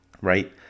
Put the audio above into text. right